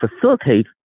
facilitate